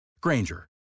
Granger